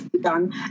done